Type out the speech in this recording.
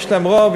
יש להם רוב,